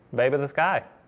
babe of the sky.